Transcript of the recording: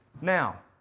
Now